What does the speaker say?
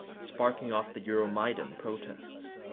sparking off the euromaidan protests.